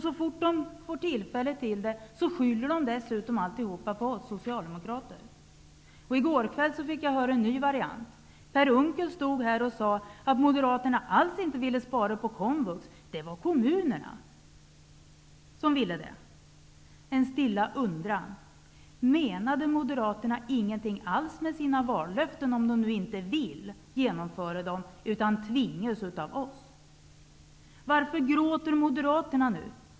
Så fort de får tillfälle skyller de dess utom alltihop på oss socialdemokrater. I går kväll fick jag höra en ny variant. Per Unc kel stod här och sade att Moderaterna inte alls ville spara på komvux, utan det var kommunerna som ville göra det. Jag har en stilla undran. Menade Moderaterna ingenting alls med sina vallöften, om de nu inte vill genomföra dem utan tvingas av oss? Varför gråter Moderaterna nu?